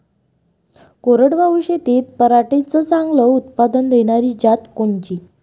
कोरडवाहू शेतीत पराटीचं चांगलं उत्पादन देनारी जात कोनची?